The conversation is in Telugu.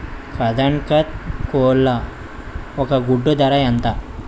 కదక్నత్ కోళ్ల ఒక గుడ్డు ధర ఎంత?